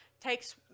takes